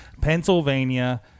Pennsylvania